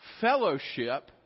fellowship